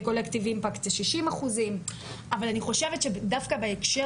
בקולקטיב אימפקט זה 60%. אבל אני חושבת שדווקא בהקשר